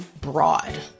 broad